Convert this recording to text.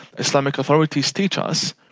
islamic authorities teach us,